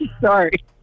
Sorry